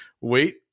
wait